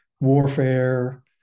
warfare